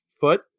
foot